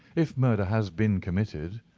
if murder has been committed.